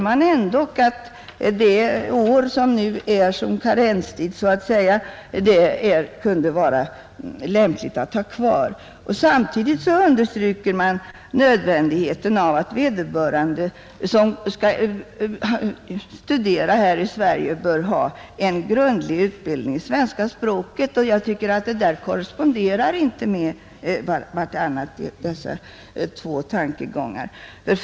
Man menar att det år som nu gäller som karenstid lämpligen kunde bibehållas men understryker samtidigt nödvändigheten av att de som skall studera här i Sverige har en grundlig utbildning i svenska språket. Jag tycker inte att dessa två tankegångar korresponderar med varandra.